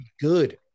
good